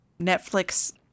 Netflix